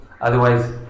Otherwise